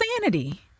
sanity